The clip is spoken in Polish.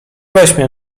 weźmie